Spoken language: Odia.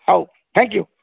ହଉ ଥାଙ୍କ ୟୁ